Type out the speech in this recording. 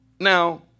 Now